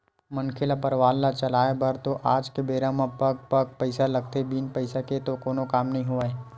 मनखे ल परवार ल चलाय बर तो आज के बेरा म पग पग म पइसा लगथे बिन पइसा के तो कोनो काम नइ होवय